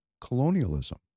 colonialism